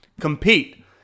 Compete